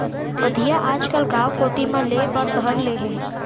अधिया आजकल गॉंव कोती म लेय बर धर ले हें